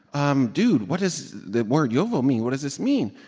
um dude, what does the word yovo mean? what does this mean?